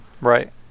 right